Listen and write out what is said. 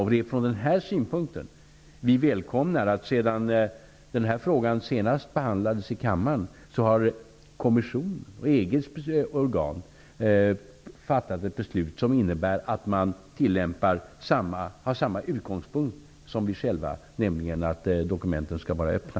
Det är från den här synpunkten som vi välkomnar att kommissionen och EG:s organ, sedan frågan senast behandlades i kammaren, har fattat ett beslut som innebär att man har samma utgångspunkt som vi själva, nämligen att dokumenten skall vara öppna.